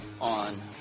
on